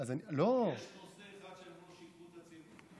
לא, יש נושא אחד שהם לא שיקרו את הציבור?